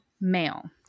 male